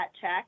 check